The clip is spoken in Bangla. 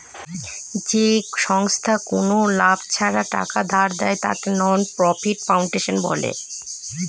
যে সংস্থায় কোনো লাভ ছাড়া টাকা ধার দেয়, তাকে নন প্রফিট ফাউন্ডেশন বলে